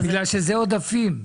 כי זה עודפים.